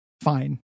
Fine